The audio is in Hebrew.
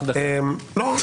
למה אתם ממהרים?